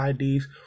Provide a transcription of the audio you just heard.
IDs